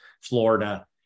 Florida